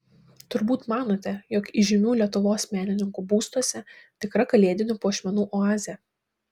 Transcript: turbūt manote jog įžymių lietuvos menininkų būstuose tikra kalėdinių puošmenų oazė